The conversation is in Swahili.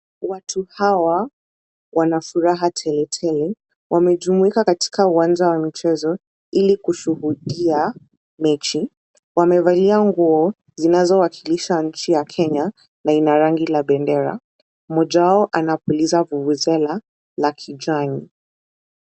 Watu hawa wana furaha teletele. Wamejumuika katika uwanja wa michezo ili kushuhudia mechi. Wamevalia nguo zinazowakilisha nchi ya Kenya na ina rangi la bendera. Mmoja wao anapuliza vuvuzela la kijani.